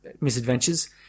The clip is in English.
misadventures